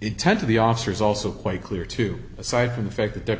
intent of the officer is also quite clear to aside from the fact that the